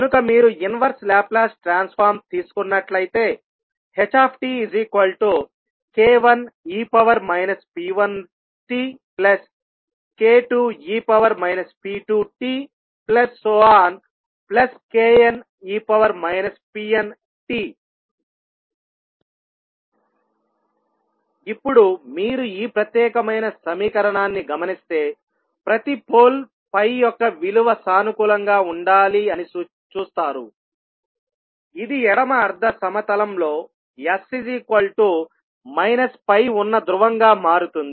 కనుక మీరు విలోమ లాప్లాస్ ట్రాన్సఫార్మ్ తీసుకున్నట్లయితే htk1e p1tk2e p2tkne pnt ఇప్పుడు మీరు ఈ ప్రత్యేకమైన సమీకరణాన్ని గమనిస్తే ప్రతి పోల్ pi యొక్క విలువ సానుకూలంగా ఉండాలి అని చూస్తారు ఇది ఎడమ అర్ధ సమతలంలో s pi ఉన్న ధ్రువంగా మారుతుంది